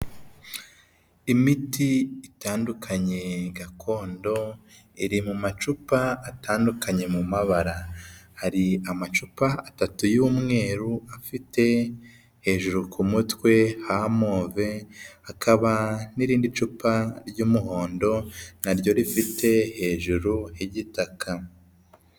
Imiti itandukanye gakondo iri mu macupa atandukanye mu mabara, hari amacupa atatu y'umweru afite hejuru ku mutwe ha move, hakaba n'irindi cupa ry'umuhondo naryo rifite hejuru h'igitaka.